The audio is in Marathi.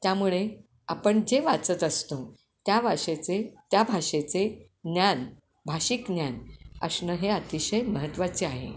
त्यामुळे आपण जे वाचत असतो त्या वाषेचे त्या भाषेचे ज्ञान भाषिक ज्ञान असणं हे अतिशय महत्त्वाचे आहे